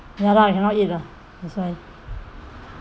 ya lah cannot eat lah that's why